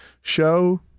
show